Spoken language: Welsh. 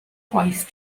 gwaith